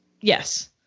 Yes